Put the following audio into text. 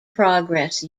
progress